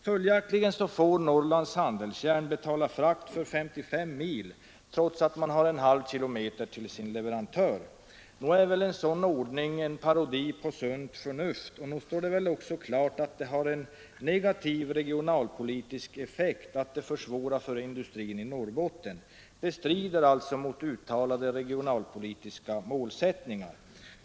Följaktligen får Norrlands Handelsjärn betala frakt för 55 mil, trots att man har en halv kilometer till sin leverantör. Nog är väl en sådan ordning en parodi på sunt förnuft, och nog står det väl också klart att den har en negativ regionalpolitisk effekt och försvårar verksamheten för industrin i Norrbotten. Den strider alltså mot uttalade regionalpolitiska målsättningar.